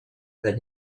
that